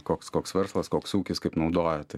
koks koks verslas koks ūkis kaip naudoja tai